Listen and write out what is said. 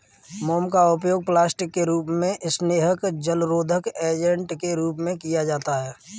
मोम का उपयोग प्लास्टिक के रूप में, स्नेहक, जलरोधक एजेंट के रूप में किया जाता है